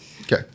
Okay